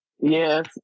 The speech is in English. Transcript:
yes